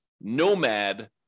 nomad